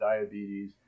diabetes